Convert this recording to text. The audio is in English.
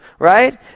Right